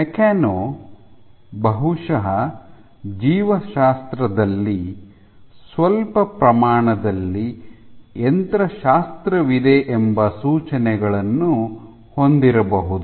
mechano ಬಹುಶಃ ಜೀವಶಾಸ್ತ್ರದಲ್ಲಿ ಸ್ವಲ್ಪ ಪ್ರಮಾಣದಲ್ಲಿ ಯಂತ್ರಶಾಸ್ತ್ರವಿದೆ ಎಂಬ ಸೂಚನೆಗಳನ್ನು ಹೊಂದಿರಬಹುದು